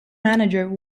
manager